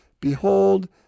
Behold